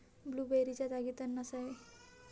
ब्लूबेरीच्या जागी तण नसावे